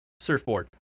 surfboard